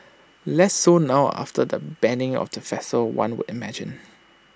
less so now after the banning of the festival one would imagine